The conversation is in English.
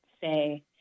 say